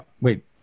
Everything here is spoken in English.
Wait